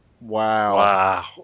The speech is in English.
Wow